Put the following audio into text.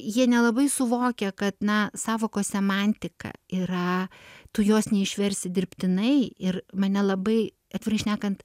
jie nelabai suvokia kad na sąvokos semantika yra tu jos neišversi dirbtinai ir mane labai atvirai šnekant